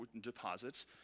deposits